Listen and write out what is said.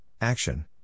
action